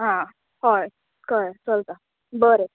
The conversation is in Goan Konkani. आं हय कळें चलता बरें